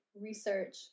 research